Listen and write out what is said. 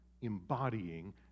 embodying